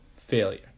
failure